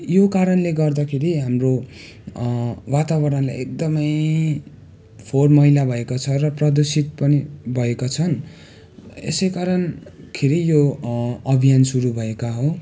यो कारणले गर्दाखेरि हाम्रो वातावरणलाई एकदमै फोहोर मैला भएको छ र प्रदूषित पनि भएको छन् यसै कारणखेरि यो अभियान सुरु भएको हो